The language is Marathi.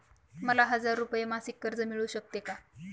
मला हजार रुपये मासिक कर्ज मिळू शकते का?